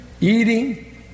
eating